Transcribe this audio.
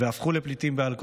והפכו לפליטים בעל כורחם.